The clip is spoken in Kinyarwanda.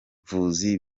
bavuzi